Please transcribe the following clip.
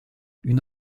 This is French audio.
une